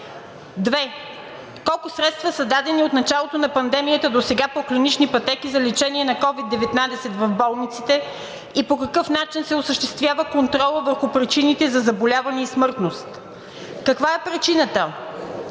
1.2. Колко средства са дадени от началото на пандемията досега по клинични пътеки за лечение на COVID-19 в болниците и по какъв начин се осъществява контролът върху причините за заболяване и смъртност? Каква е причината